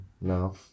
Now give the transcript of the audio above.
No